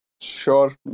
sure